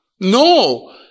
No